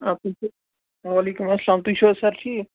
آ تُہۍ چھُو وعلیکُم اَلسلام تُہۍ چھُو حظ سَر ٹھیٖک